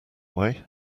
way